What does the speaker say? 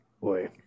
boy